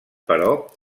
però